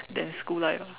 than school life ah